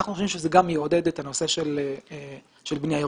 אנחנו חושבים שזה גם יעודד את הנושא של בנייה ירוקה.